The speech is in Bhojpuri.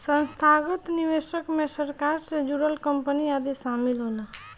संस्थागत निवेशक मे सरकार से जुड़ल कंपनी आदि शामिल होला